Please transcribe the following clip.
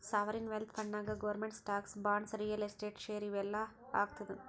sovereign wealth ಫಂಡ್ನಾಗ್ government stocks, bonds, real estate, share ಇವು ಎಲ್ಲಾ ಹಾಕ್ತುದ್